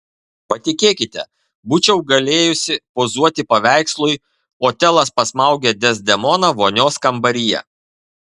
patikėkite būčiau galėjusi pozuoti paveikslui otelas pasmaugia dezdemoną vonios kambaryje